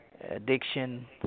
addiction